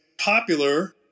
popular